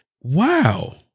wow